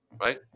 Right